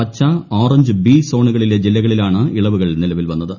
പച്ച orange B സോണുകളിലെ ജില്ലകളിലാണ് ഇളവുകൾ നിലവിൽ വന്നത്